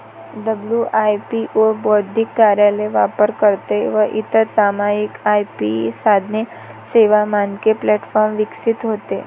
WIPO बौद्धिक कार्यालय, वापरकर्ते व इतर सामायिक आय.पी साधने, सेवा, मानके प्लॅटफॉर्म विकसित होते